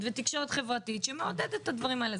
ותקשורת חברתית שמעודדת את הדברים האלה.